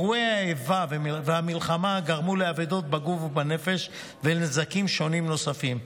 אירועי האיבה והמלחמה גרמו לאבדות בגוף ובנפש ולנזקים שונים נוספים,